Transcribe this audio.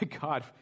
God